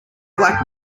black